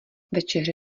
večeře